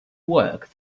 work